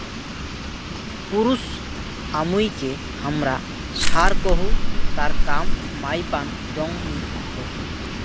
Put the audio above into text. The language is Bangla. পুরুছ আমুইকে হামরা ষাঁড় কহু তার কাম মাইপান দংনি হোক